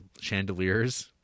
chandeliers